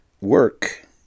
work